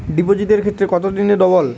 ডিপোজিটের ক্ষেত্রে কত দিনে ডবল?